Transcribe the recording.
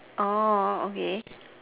orh okay